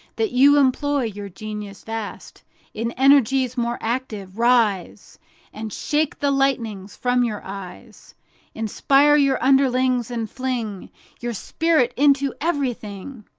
that you employ your genius vast in energies more active. rise and shake the lightnings from your eyes inspire your underlings, and fling your spirit into everything!